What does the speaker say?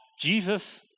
Jesus